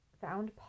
found